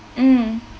mm